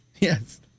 Yes